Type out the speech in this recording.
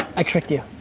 i tricked you,